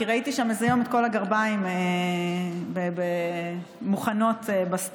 כי ראיתי שם איזה יום את כל הגרביים מוכנות בסטוק.